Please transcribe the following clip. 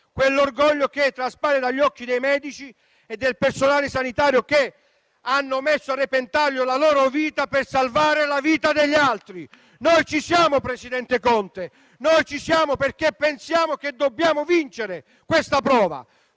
quell'orgoglio che traspare dagli occhi dei medici e del personale sanitario, che hanno messo a repentaglio la loro vita per salvare quella degli altri. Noi ci siamo, signor presidente Conte, perché pensiamo di dover vincere questa prova: